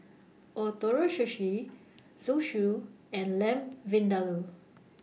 Ootoro Sushi Zosui and Lamb Vindaloo